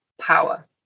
power